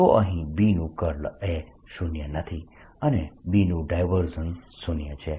તો અહીં B નું કર્લ એ શૂન્ય નથી અને B નું ડાયવર્જન્સ શૂન્ય છે